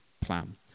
plan